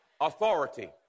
authority